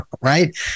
Right